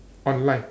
online